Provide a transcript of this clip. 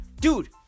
dude